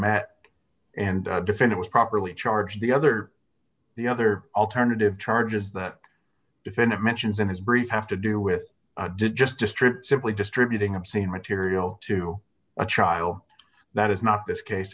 met and defend it was properly charged the other the other alternative charges that defendant mentions in his brief have to do with did just to strip simply distributing obscene material to a child that is not this case